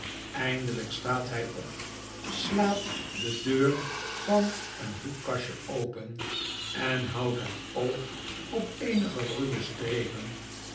eindelijk staat hij op slaat de deur van een hoekkastje open en houdt het oog op eenige ruwe streepen